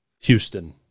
Houston